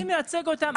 לא, אני מייצג אותם.